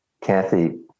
Kathy